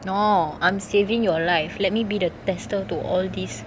no I'm saving your life let me be the tester to all these